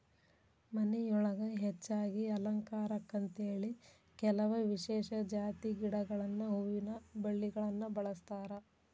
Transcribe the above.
ಮನಿಯೊಳಗ ಹೆಚ್ಚಾಗಿ ಅಲಂಕಾರಕ್ಕಂತೇಳಿ ಕೆಲವ ವಿಶೇಷ ಜಾತಿ ಗಿಡಗಳನ್ನ ಹೂವಿನ ಬಳ್ಳಿಗಳನ್ನ ಬೆಳಸ್ತಾರ